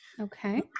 Okay